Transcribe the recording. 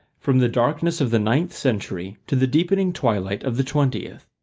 from the darkness of the ninth century to the deepening twilight of the twentieth.